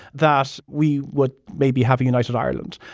that we would maybe have a united ireland.